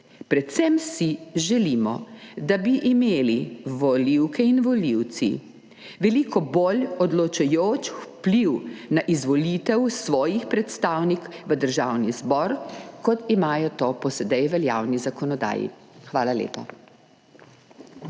Predvsem si želimo, da bi imeli volivke in volivci veliko bolj odločujoč vpliv na izvolitev svojih predstavnikov v Državni zbor, kot imajo to po sedaj veljavni zakonodaji. Hvala lepa.